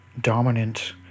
dominant